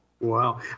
Wow